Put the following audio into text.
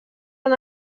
han